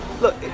look